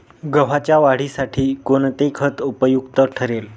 गव्हाच्या वाढीसाठी कोणते खत उपयुक्त ठरेल?